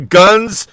guns